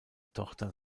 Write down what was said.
tochter